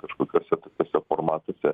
kažkokiuose tokiuose formatuose